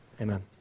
Amen